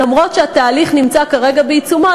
אף שהתהליך נמצא כרגע בעיצומו,